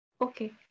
Okay